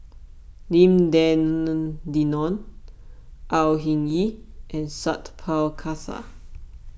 Lim Denan Denon Au Hing Yee and Sat Pal Khattar